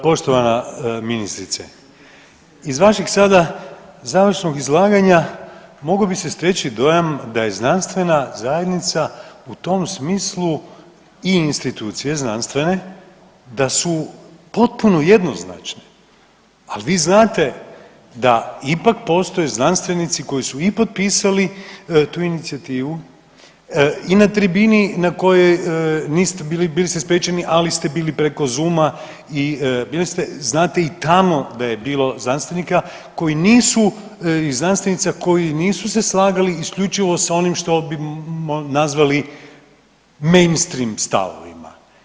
Poštovana ministrice, iz vašeg sada završnog izlaganja mogao bi se steći dojam da je znanstvena zajednica u tom smislu i institucije znanstvene, da su potpuno jednoznačne, ali vi znate da ipak postoje znanstveni koji su i potpisali tu inicijativu i na tribini na kojoj niste bili, bili ste spriječeni, ali ste bili preko zooma, bili ste, znate i tamo da je bilo znanstvenika koji nisu, i znanstvenica koji nisu se slagali isključivo s onim što bi nazvali mainstream stavovima.